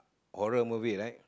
horror movie right